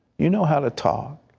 you know how to talk,